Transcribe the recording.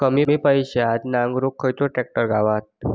कमी पैशात नांगरुक खयचो ट्रॅक्टर गावात?